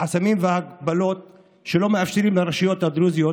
החסמים וההגבלות שלא מאפשרים לרשויות הדרוזיות